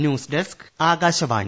news desk Akashvani